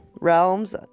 realms